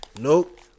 Nope